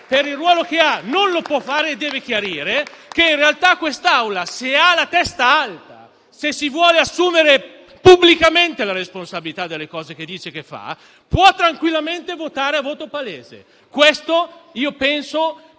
per il ruolo che ha non lo può fare e deve chiarire - che in realtà questa Assemblea, se ha la testa alta e vuole assumere pubblicamente la responsabilità delle cose che dice e compie, può tranquillamente votare in modo palese. Io penso